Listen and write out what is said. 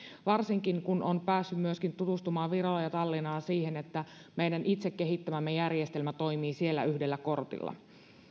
varsinkin kun on päässyt myöskin tutustumaan virossa ja tallinnassa siihen että meidän itse kehittämämme järjestelmä toimii siellä yhdellä kortilla